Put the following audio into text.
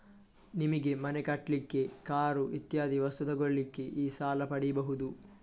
ನಿಮಿಗೆ ಮನೆ ಕಟ್ಲಿಕ್ಕೆ, ಕಾರು ಇತ್ಯಾದಿ ವಸ್ತು ತೆಗೊಳ್ಳಿಕ್ಕೆ ಈ ಸಾಲ ಪಡೀಬಹುದು